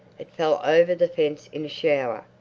it fell over the fence in a shower.